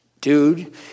Dude